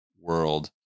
world